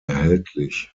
erhältlich